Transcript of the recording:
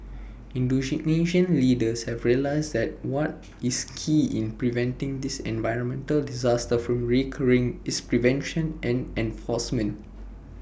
Indonesian leaders have realised that what is key in preventing this environmental disaster from recurring is prevention and enforcement